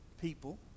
people